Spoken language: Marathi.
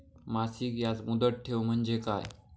मासिक याज मुदत ठेव म्हणजे काय?